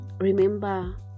Remember